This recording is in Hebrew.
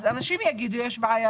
אנשים יגידו את זה,